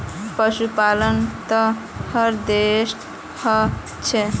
पशुपालन त हर देशत ह छेक